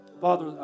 Father